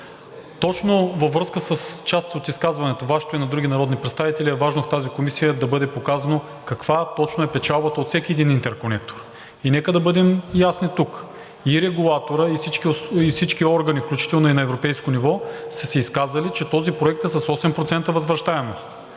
Точно във връзка с част от изказването – Вашето и на други народни представители, е важно в тази комисия да бъде показано каква точно е печалбата от всеки един интерконектор. И нека да бъдем ясни тук – и регулаторът, и всички органи, включително и на европейско ниво, са се изказали, че този проект е с 8% възвръщаемост,